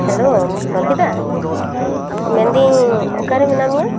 hello ᱵᱟᱯᱤ ᱫᱟ ᱢᱮᱱ ᱫᱟᱹᱧ ᱚᱠᱟᱨᱮ ᱢᱮᱱᱟᱜ ᱢᱮᱭᱟ